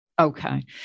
Okay